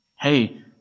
Hey